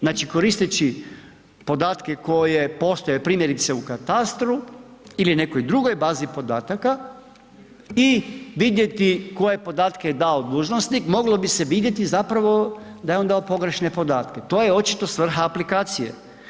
Znači koristeći podatke koje postoje primjerice u katastru ili nekoj drugoj bazi podataka i vidjeti koje podatke je dao dužnosnik, moglo bi se vidjeti zapravo da je on dao pogrešne podatke, to je očito svrha aplikacije.